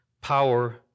power